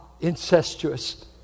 incestuous